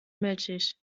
milchig